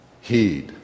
Heed